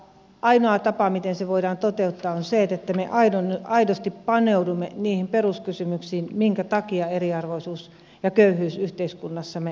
ainoa tapa miten se voidaan toteuttaa on se että me aidosti paneudumme niihin peruskysymyksiin joiden takia eriarvoisuus ja köyhyys yhteiskunnassamme on läsnä